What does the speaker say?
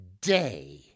day